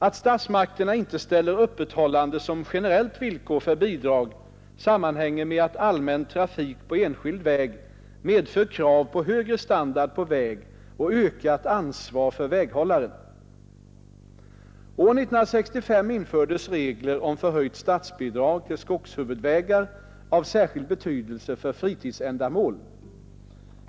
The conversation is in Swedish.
Att statsmakterna inte ställer öppethållande som generellt villkor för bidrag sammanhänger med att allmän trafik på enskild väg medför krav på högre standard på väg och ökat ansvar för väghållaren. År 1965 infördes regler om förhöjt statsbidrag till skogshuvudvägar av särskild betydelse för fritidsändamål.